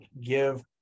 give